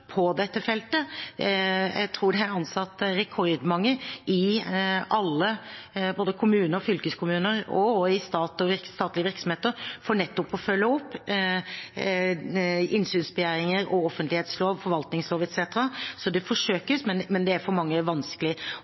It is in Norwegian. på dette feltet. Jeg tror det er ansatt rekordmange i både kommuner, fylkeskommuner og statlige virksomheter for nettopp å følge opp innsynsbegjæringer, offentlighetslov, forvaltningslov etc. Så det forsøkes, men det er vanskelig for mange.